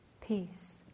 peace